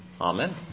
Amen